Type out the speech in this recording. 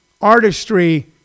artistry